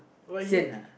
why he